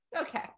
Okay